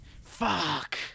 Fuck